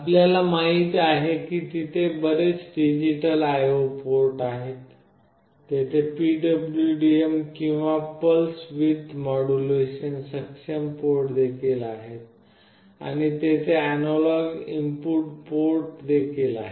आपल्याला माहित आहे की तेथे बरेच डिजिटल IO पोर्ट आहेत तेथे PWM किंवा पल्स विड्थ मॉड्युलेशन सक्षम पोर्ट देखील आहेत आणि तेथे अॅनालॉग इनपुट पोर्ट देखील आहेत